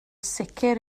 sicr